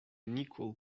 unequal